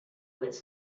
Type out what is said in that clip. with